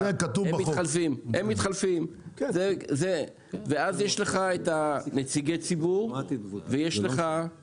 הם מתחלפים ואז יש לך את נציגי הציבור ויש לך עובדי עירייה.